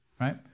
right